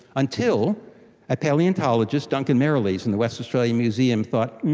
until a palaeontologist, duncan merrilees in the western australian museum thought,